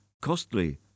costly